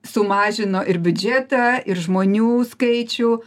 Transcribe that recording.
sumažino ir biudžetą ir žmonių skaičių